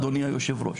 אדוני היושב ראש,